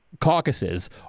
caucuses